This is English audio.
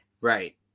right